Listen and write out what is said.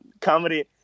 comedy